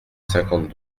cinquante